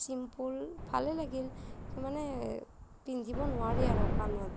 simple ভালে লাগিল মানে পিন্ধিব নোৱাৰি আৰু কাণত